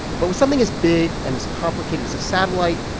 but with something as big and as complicated as a satellite,